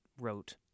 wrote